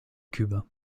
cube